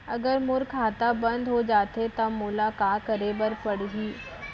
अगर मोर खाता बन्द हो जाथे त मोला का करे बार पड़हि?